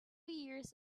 years